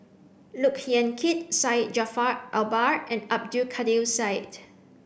Look Yan Kit Syed Jaafar Albar and Abdul Kadir Syed